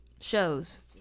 shows